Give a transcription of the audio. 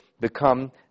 become